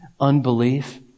unbelief